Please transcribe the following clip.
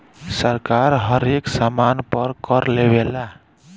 सरकार हरेक सामान पर कर लेवेला